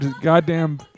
goddamn